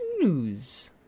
news